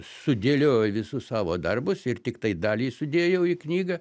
sudėlioju visus savo darbus ir tiktai dalį sudėjau į knygą